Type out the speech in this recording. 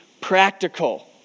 practical